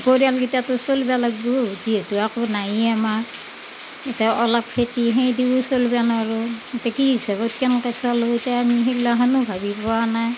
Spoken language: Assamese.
পৰিয়ালকেইটা ত' চলিবা লাগিব যিহেতু একো নাইয়ে আমাৰ ইটা অলপ খেতি সেইদিও চলিব নৰো ইটা কি হিচাপত কেনেকৈ চলো ইটা হেন সেই গিলাখানো ভাবি পোৱা নাই